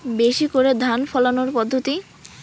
বেশি করে ধান ফলানোর পদ্ধতি?